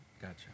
Gotcha